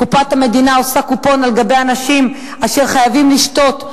קופת המדינה עושה קופון על גבי אנשים אשר חייבים לשתות,